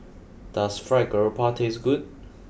does Fried Garoupa taste good